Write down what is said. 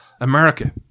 America